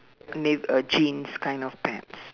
nav~ uh jeans kind of pants